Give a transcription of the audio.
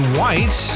White